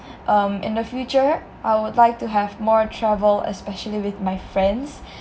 um in the future I would like to have more travel especially with my friends